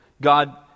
God